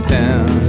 town